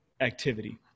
activity